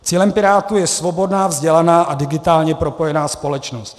Cílem Pirátů je svobodná, vzdělaná a digitálně propojená společnost.